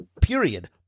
period